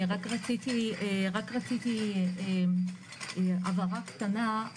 אני רק רציתי הבהרה קטנה: